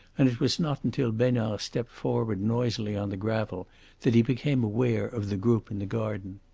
and it was not until besnard stepped forward noisily on the gravel that he became aware of the group in the garden.